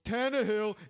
Tannehill